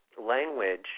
language